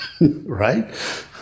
Right